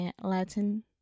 Latin